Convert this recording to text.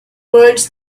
words